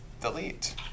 delete